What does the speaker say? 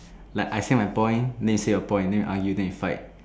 like I say my point then you say your point then we argue then you fight